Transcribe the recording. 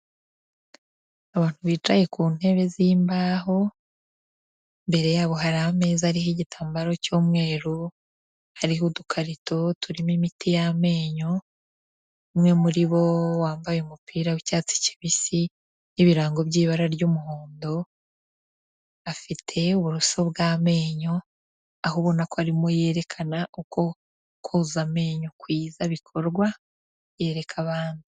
Abantu bicaye ku ntebe z'imbaho. Imbere yabo hari ameza ariho igitambaro cy'umweru. Hariho udukarito turimo imiti y'amenyo. Umwe muri bo wambaye umupira w'icyatsi kibisi n'ibirango by'ibara ry'umuhondo. Afite uburoso bw'amenyo aho ubona ko arimo yerekana uko koza amenyo kwiza bikorwa yereka abandi.